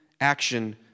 action